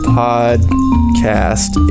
podcast